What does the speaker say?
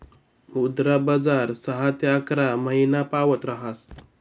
मुद्रा बजार सहा ते अकरा महिनापावत ऱहास